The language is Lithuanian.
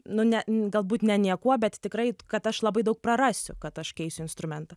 nu ne galbūt ne niekuo bet tikrai kad aš labai daug prarasiu kad aš keisiu instrumentą